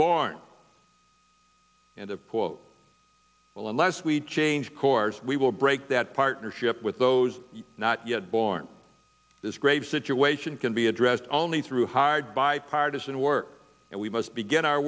born in the quote will unless we change course we will break that partnership with those not yet born this grave situation can be addressed only through hard bipartisan work and we must begin our